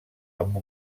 amb